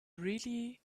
really